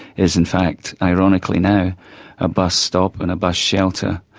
is in fact ironically now a bus stop and a bus shelter.